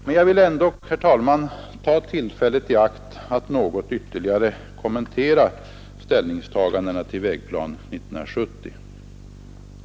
Men jag vill ändock, herr talman, ta tillfället i akt att något ytterligare kommentera ställningstagandena till Vägplan 1970.